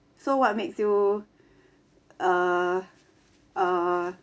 so what makes you err err